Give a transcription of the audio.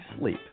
sleep